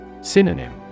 Synonym